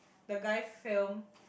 the guy filmed